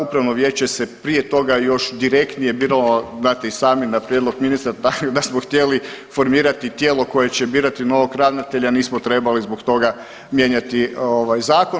Upravno vijeće se prije toga još direktnije biralo, znate i sami, na prijedlog ministra tako da smo htjeli formirati tijelo koje će birati novog ravnatelja nismo trebali zbog toga mijenjati ovaj zakon.